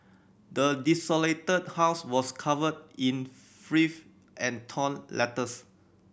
the desolated house was covered in filth and torn letters